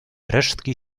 resztki